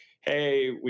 hey